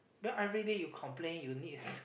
then everyday you complain you need